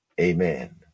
Amen